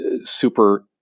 super